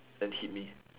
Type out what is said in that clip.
and hit me